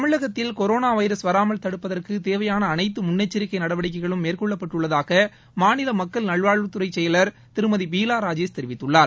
தமிழகத்தில் corona virus வராமல் தடுப்பதற்கு தேவையான அனைத்து முன்னெச்சரிக்கை நடவடிக்கைகளும் மேற்கொள்ளப்பட்டுள்ளதாக மாநில மக்கள் நல்வாழ்வுத்துறை செயலர் திருமதி பீலா ராஜேஷ் தெரிவித்துள்ளார்